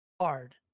hard